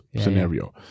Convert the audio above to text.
scenario